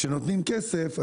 כשנותנים כסף,